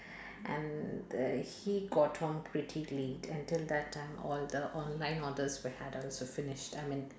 and uh he got home pretty late until that time all the online orders we had also finished I mean